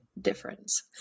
difference